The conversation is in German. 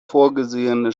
vorgesehene